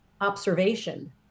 observation